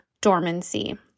dormancy